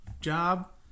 job